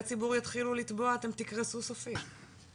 הציבור יתחילו לתבוע אתם תקרסו סופית.